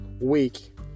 week